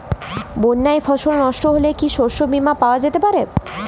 বন্যায় ফসল নস্ট হলে কি শস্য বীমা পাওয়া যেতে পারে?